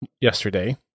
yesterday